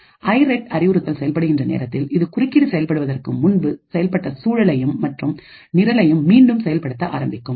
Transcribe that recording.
இந்த ஐரெட் அறிவுறுத்தல் செயல்படுகின்ற நேரத்தில் இது குறுக்கீடு செயல்படுவதற்கு முன்பு செயல்பட்ட சூழலையும் மற்றும் நிரலையும் மீண்டும் செயல்படுத்த ஆரம்பிக்கும்